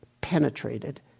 penetrated